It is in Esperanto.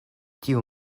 tiu